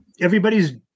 everybody's